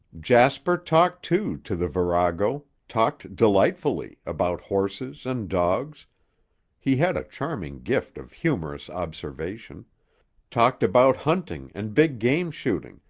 jasper talked, too, to the virago, talked delightfully, about horses and dogs he had a charming gift of humorous observation talked about hunting and big-game shooting,